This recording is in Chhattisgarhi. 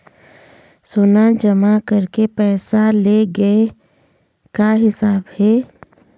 सोना जमा करके पैसा ले गए का हिसाब हे?